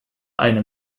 einem